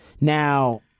Now